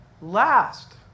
last